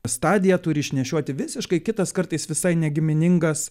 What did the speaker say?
stadiją turi išnešioti visiškai kitas kartais visai negiminingas